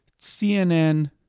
CNN